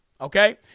okay